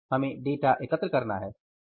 हमें डेटा एकत्र करना है